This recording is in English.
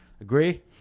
Agree